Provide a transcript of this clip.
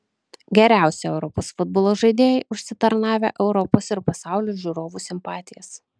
geriausi europos futbolo žaidėjai užsitarnavę europos ir pasaulio žiūrovų simpatijas